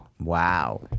Wow